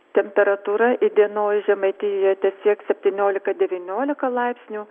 temperatūra įdienojus žemaitijoje tesieks septyniolika devyniolika laipsnių